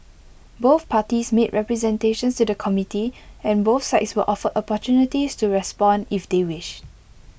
both parties made representations to the committee and both sides were offered opportunities to respond if they wished